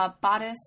Bodice